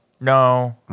No